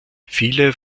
viele